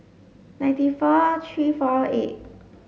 ninety four three four eight